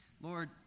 Lord